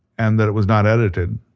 and that it was not edited,